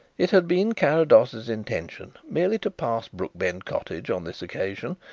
it had been carrados's intention merely to pass brookbend cottage on this occasion,